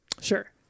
sure